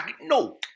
No